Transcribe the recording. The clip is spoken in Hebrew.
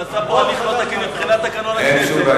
נעשה פה הליך לא תקין מבחינת תקנון הכנסת.